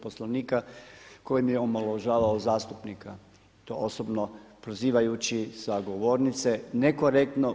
Poslovnika kojim je omalovažavao zastupnika osobno prozivajući sa govornice, nekorektno.